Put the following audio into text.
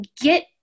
get